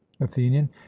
athenian